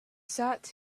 sat